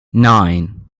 nine